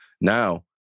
Now